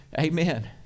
Amen